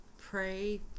pray